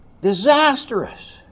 disastrous